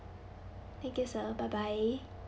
thank you sir bye bye